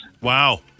Wow